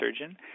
surgeon